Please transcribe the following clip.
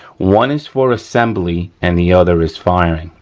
one is for assembly and the other is firing,